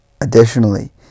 additionally